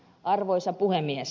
arvoisa puhemies